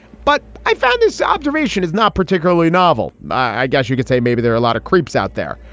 but i found this observation is not particularly novel. i guess you could say maybe there are a lot of creeps out there.